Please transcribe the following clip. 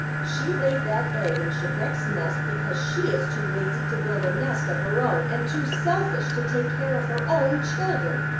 she laid that egg in chebec's nest because she is too lazy to build a nest of her own and too selfish to take care of her own children.